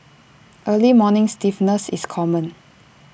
early morning stiffness is common